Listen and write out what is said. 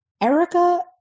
Erica